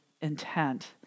intent